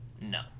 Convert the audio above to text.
No